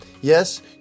Yes